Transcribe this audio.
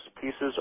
pieces